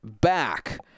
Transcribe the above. back